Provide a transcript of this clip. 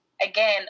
again